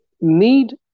need